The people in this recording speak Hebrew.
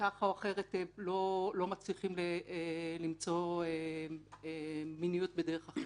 שכך או אחרת לא מצליחים למצוא מיניות בדרך אחרת.